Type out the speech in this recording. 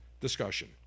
discussion